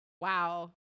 wow